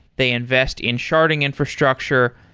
they invest in sharding infrastructure,